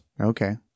Okay